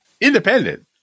Independent